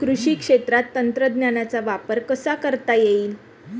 कृषी क्षेत्रात तंत्रज्ञानाचा वापर कसा करता येईल?